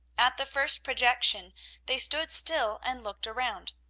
at the first projection they stood still and looked around,